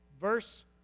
Verse